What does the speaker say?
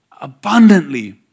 abundantly